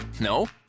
No